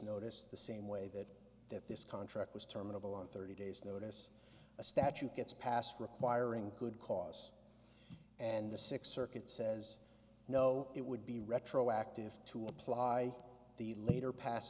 notice the same way that that this contract was terminable on thirty days notice a statute gets passed requiring good cause and the sixth circuit says no it would be retroactive to apply the later past